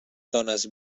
dones